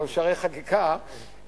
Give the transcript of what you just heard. שערי חקיקה,